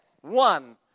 one